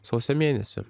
sausio mėnesį